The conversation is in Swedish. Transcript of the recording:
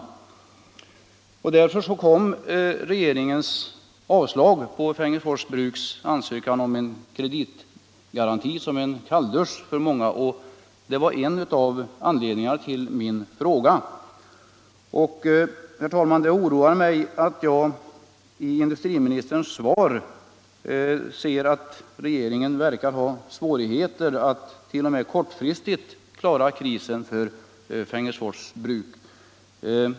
Därför kom regefingens avslag på Fengersfors Bruks ansökan om en kreditgaranti såsom en kalldusch för många. Det var en av anledningarna till min fråga. Det oroar mig att jag i industriministerns svar ser att regeringen verkar ha svårigheter att t.o.m. kortfristigt klara krisen för Fengersfors Bruk.